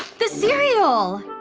the cereal!